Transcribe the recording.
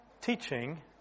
teaching